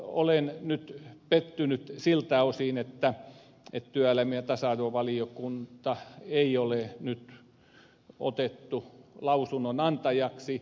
olen nyt pettynyt siltä osin että työelämä ja tasa arvovaliokuntaa ei ole nyt otettu lausunnonantajaksi